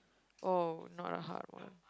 oh not a hard one